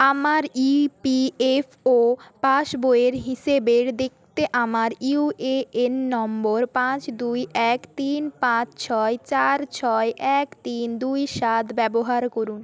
আমার ইপিএফও পাসবইয়ের হিসেবের দেখতে আমার ইউএএন নম্বর পাঁচ দুই এক তিন পাঁচ ছয় চার ছয় এক তিন দুই সাত ব্যবহার করুন